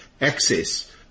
access